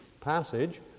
passage